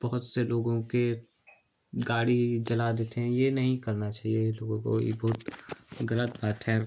बहुत से लोगों के गाड़ी जला देते हैं ये नहीं करना चाहिए लोगों को ये बहुत गलत बात है